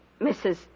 mrs